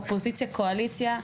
אופוזיציה וקואליציה.